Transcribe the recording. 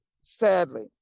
Sadly